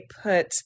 put